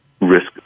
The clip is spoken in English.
risk